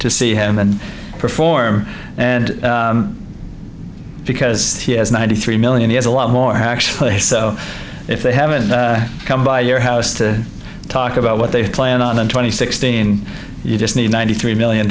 to see him and perform and because he has ninety three million he has a lot more actually so if they haven't come by your house to talk about what they plan on and twenty sixteen you just need ninety three million